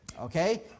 okay